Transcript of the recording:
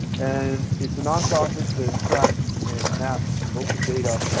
and it's a nonprofit that tracks and maps open data